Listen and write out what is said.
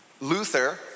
Luther